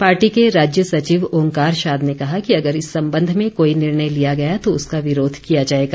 party के राज्य सचिव ओंकार शाद ने कहा कि अगर इस संबंध कोई निर्णय लिया गया तो उसका विरोध किया जाएगा